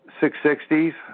660s